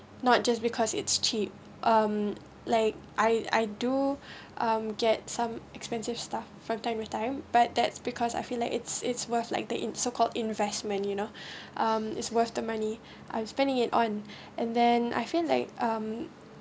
not just because it's cheap um like I I do um get some expensive stuff from time to time but that's because I feel like it's it's worth like the in so called investment you know um is worth the money I'm spending it on and then I feel like um